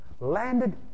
landed